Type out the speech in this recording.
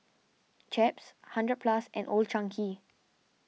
Chaps hundred Plus and Old Chang Kee